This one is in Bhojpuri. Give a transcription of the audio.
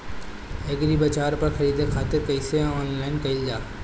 एग्रीबाजार पर खरीदे खातिर कइसे ऑनलाइन कइल जाए?